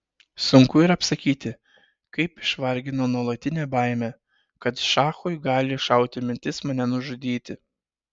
sunku ir apsakyti kaip išvargino nuolatinė baimė kad šachui gali šauti mintis mane nužudyti